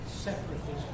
Separatism